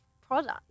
product